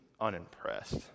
unimpressed